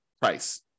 price